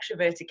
extroverted